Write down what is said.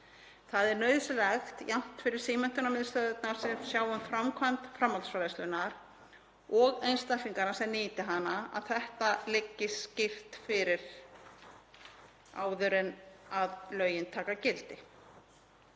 Það er nauðsynlegt, jafnt fyrir símenntunarmiðstöðvarnar sem sjá um framkvæmd framhaldsfræðslunnar og einstaklingana sem nýta hana, að þetta liggi skýrt fyrir áður en að lögin taka gildi.